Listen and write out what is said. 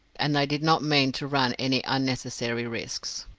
and they did not mean to run any unnecessary risks.